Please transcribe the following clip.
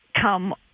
come